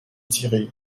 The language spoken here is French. tirée